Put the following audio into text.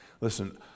Listen